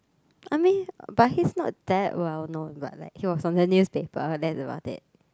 I mean but he is not that well know but like he was on the newspaper that's about it